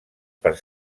per